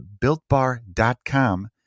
builtbar.com